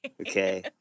okay